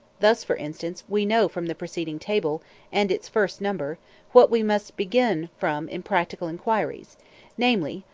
thus, for instance, we know from the preceding table and its first number what we must begin from in practical inquiries namely,